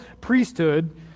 priesthood